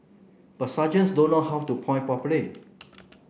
but sergeants don't know how to point properly